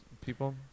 people